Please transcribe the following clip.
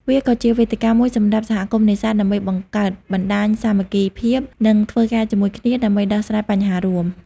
វាក៏ជាវេទិកាមួយសម្រាប់សហគមន៍នេសាទដើម្បីបង្កើតបណ្តាញសាមគ្គីភាព និងធ្វើការជាមួយគ្នាដើម្បីដោះស្រាយបញ្ហារួម។